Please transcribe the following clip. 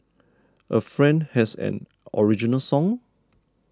a friend has an original song